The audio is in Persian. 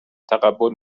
تقبل